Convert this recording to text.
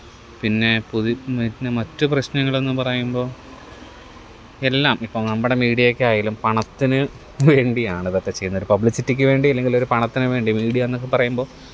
പിന്നെ പൊതി പിന്നെ മറ്റു പ്രശ്നങ്ങളെന്ന് പറയുമ്പം എല്ലാം ഇപ്പം നമ്മുടെ മീഡിയക്കായാലും പണത്തിന് വേണ്ടിയാണിതൊക്കെ ചെയ്യുന്നത് ഒര് പബ്ലിസിറ്റിക്ക് വേണ്ടിയല്ലെങ്കിലൊരു പണത്തിന് വേണ്ടി മീഡിയാന്നൊക്കെ പറയുമ്പോൾ